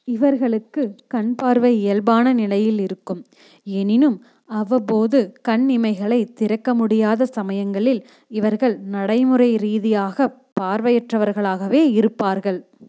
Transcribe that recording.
இவர்களுக்கு கண்பார்வை இயல்பான நிலையில் இருக்கும் எனினும் அவப்போது கண்ணிமைகளைத் திறக்க முடியாத சமயங்களில் இவர்கள் நடைமுறை ரீதியாகப் பார்வையற்றவர்களாகவே இருப்பார்கள்